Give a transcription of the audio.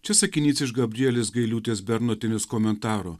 šis sakinys iš gabrielės gailiūtės bernotienės komentaro